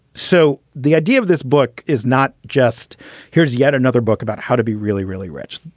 so the idea of this book is not just here's yet another book about how to be really, really rich.